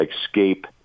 escape